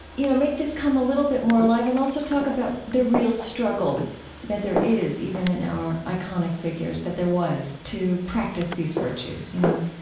you know, make this come a little bit more alive and also talk about the real struggle that there is even in our iconic figures, that there was, to practice these virtues, you know?